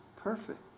perfect